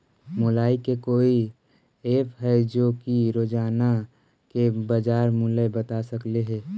Mobile के कोइ app है जो कि रोजाना के बाजार मुलय बता सकले हे?